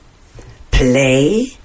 play